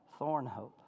Thornhope